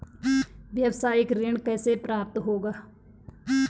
व्यावसायिक ऋण कैसे प्राप्त होगा?